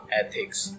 ethics